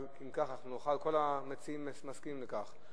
כל המציעים מסכימים לכך?